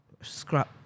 scrub